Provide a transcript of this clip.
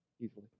Easily